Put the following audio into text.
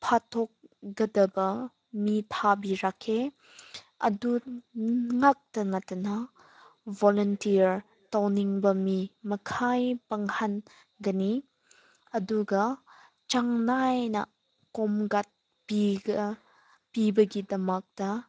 ꯐꯥꯠꯇꯣꯛꯀꯗꯕ ꯃꯤ ꯊꯥꯕꯤꯔꯛꯈꯤ ꯑꯗꯨ ꯉꯥꯛꯇ ꯅꯠꯇꯅ ꯕꯣꯂꯟꯇꯤꯌꯔ ꯇꯧꯅꯤꯡꯕ ꯃꯤ ꯃꯈꯩ ꯄꯥꯡꯍꯟꯒꯅꯤ ꯑꯗꯨꯒ ꯆꯥꯡ ꯅꯥꯏꯅ ꯈꯣꯝꯒꯠ ꯄꯤꯕꯒꯤꯗꯃꯛꯇ